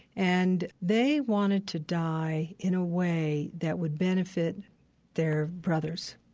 and they wanted to die in a way that would benefit their brothers.